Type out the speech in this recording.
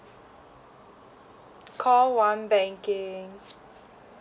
call one banking